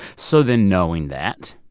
so then knowing that,